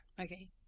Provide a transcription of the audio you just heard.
okay